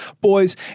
boys